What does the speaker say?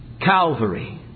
Calvary